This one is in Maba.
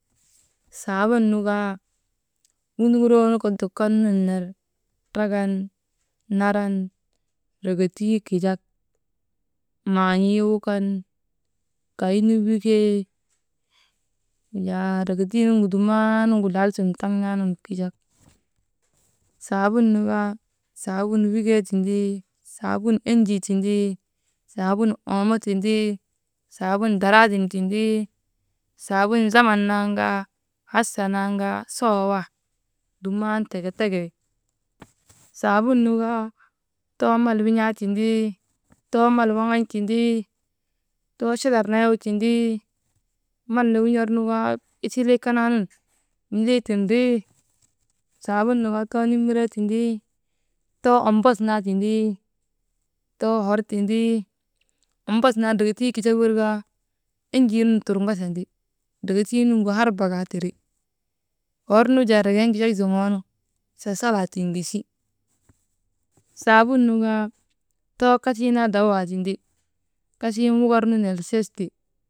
Saabun nu kaa wunduŋuroo nu kok dukan nun ner trakan naran dreketii kijak maan̰ii wuukan keynu wukee, wujaa dreketuu nuŋgu dumnaanuŋgu lal sun taŋ naanuŋgu kijak saabun nu kaa saabun wikee tindii, saabun enjii tindii, saabun oomo tindii, saabun daraadin tindii, saabun zaman nan kaa, saabun hasa nan kaa, sawa wan duman teke teke wi. Saabun nu kaa too mal win̰aa tindii, too mal waŋan̰ tindii, too chadar nayaw tindii, mal nu win̰ar nu kaa isilii kanaanun lii tindrii, saabun nu kaa too nimiree tindii too umbas naa tindii, too hor tindii umbas naa dreketuu kijak wirkaa enjii nun turŋasandi, dreketuu nugu harba kaa tiri, hor nu jaa drekee nu kijak zoŋoo nu sasalaa tiŋgisi. Saabun nu kaa too kasii naa dawaa tindi kasii nu wukar nu nelses ti.